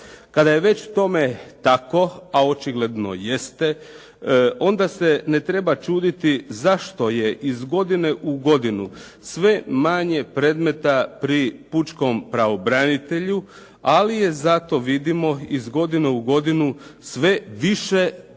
Kada je već tome tako, a očigledno jeste, onda se ne treba čuditi zašto je iz godine u godinu sve manje predmeta pri pučkom pravobranitelju, ali je zato vidimo iz godine u godinu sve više